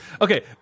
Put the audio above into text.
Okay